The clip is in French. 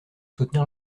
soutenir